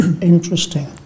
Interesting